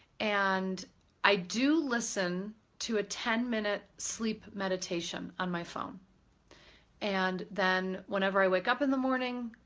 and i do listen to a ten minute sleep meditation on my phone and then whenever i wake up in the morning,